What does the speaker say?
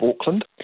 Auckland